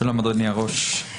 שלום אדוני הראש.